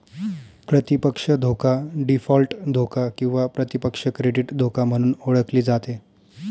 प्रतिपक्ष धोका डीफॉल्ट धोका किंवा प्रतिपक्ष क्रेडिट धोका म्हणून ओळखली जाते